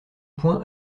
point